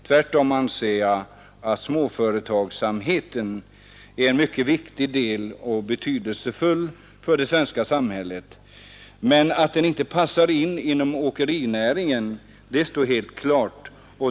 Tvärtom anser jag att småföretagsamheten är mycket nyttig och betydelsefull för det svenska samhället. Men att den inte passar inom åkerinäringen står helt klart.